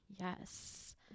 Yes